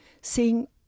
seeing